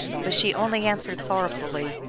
but she only answered sorrow fully,